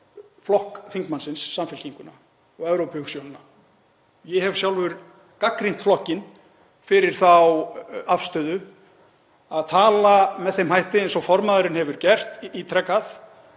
flokk þingmannsins, Samfylkinguna, og Evrópuhugsjónina. Ég hef sjálfur gagnrýnt flokkinn fyrir þá afstöðu að tala með þeim hætti, eins og formaðurinn hefur gert ítrekað,